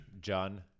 John